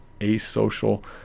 asocial